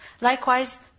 Likewise